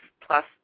Plus